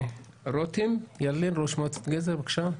רותם ידלין, ראש מועצת גזר, בבקשה.